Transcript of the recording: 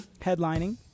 headlining